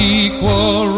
equal